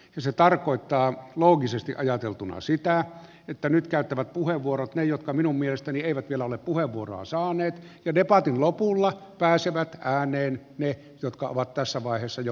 se tarkoittaa loogisesti ajateltuna sitä että nyt käyttävät puheenvuorot ne jotka minun mielestäni eivät vielä ole puheenvuoroa saaneet ja debatin lopulla pääsevät ääneen ne jotka ovat tässä vaiheessa jo puheenvuoron saaneet